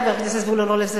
חבר הכנסת זבולון אורלב,